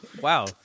Wow